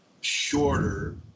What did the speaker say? shorter